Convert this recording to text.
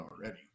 already